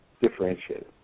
differentiated